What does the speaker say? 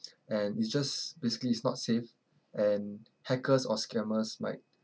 and it's just basically it's not safe and hackers or scammers might